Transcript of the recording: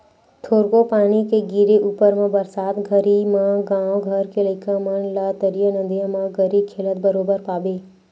थोरको पानी के गिरे ऊपर म बरसात घरी म गाँव घर के लइका मन ला तरिया नदिया म गरी खेलत बरोबर पाबे